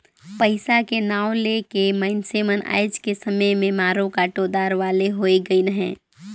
पइसा के नांव ले के मइनसे मन आएज के समे में मारो काटो दार वाले होए गइन अहे